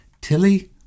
Tilly